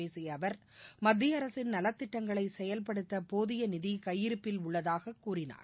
பேசிய அவர் மத்திய அரசின் நலத்திட்டங்களை செயல்படுத்த போதிய நிதி கையிருப்பில் உள்ளதாகவும் கூறினார்